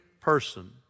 person